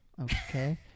Okay